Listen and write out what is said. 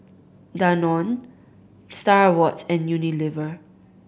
Danone Star Awards and Unilever